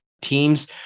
teams